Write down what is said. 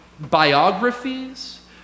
biographies